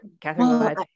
Catherine